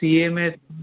CA में